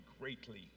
greatly